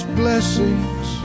blessings